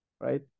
right